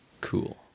cool